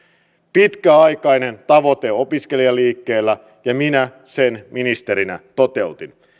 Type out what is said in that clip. pitkäaikainen tavoite opiskelijaliikkeellä ja minä sen ministerinä toteutin